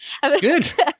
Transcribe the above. Good